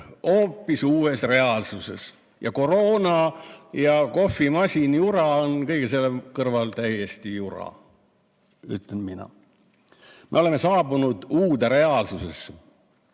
hoopis uues reaalsuses ja koroona ja kohvimasin Jura on kõige selle kõrval täiesti jura, ütlen mina. Me oleme saabunud uude reaalsusesse. Ja